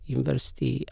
University